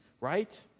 right